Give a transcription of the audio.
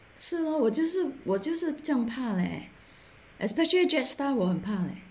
是 lor 我就是我就是这样怕 leh especially jetstar will 我很怕 leh